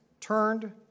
turned